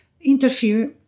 interfere